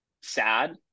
sad